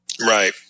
Right